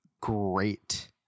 great